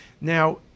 Now